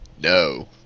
no